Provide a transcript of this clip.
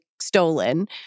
Stolen